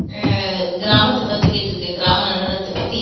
கிராமத்தை பற்றி கேட்டுருக்கீங்க கிராம நடனத்தை பற்றி